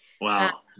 wow